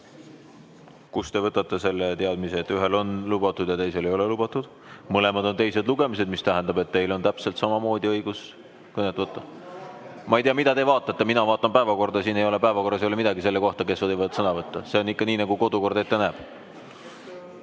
Kust te võtate selle teadmise, et ühe puhul on lubatud ja teise puhul ei ole lubatud? Mõlemad on teised lugemised, mis tähendab, et teil on täpselt samamoodi õigus sõna võtta. (Hääl saalist.) Ma ei tea, mida te vaatate. Mina vaatan päevakorda, siin ei ole päevakorras midagi selle kohta, kes võivad sõna võtta. See on ikka nii, nagu kodukord ette näeb.